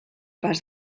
pas